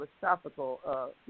philosophical